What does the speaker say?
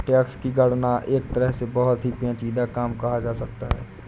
tax की गणना एक तरह से बहुत ही पेचीदा काम कहा जा सकता है